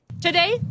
Today